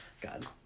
God